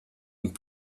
und